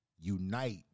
unite